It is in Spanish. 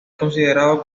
considerado